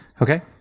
Okay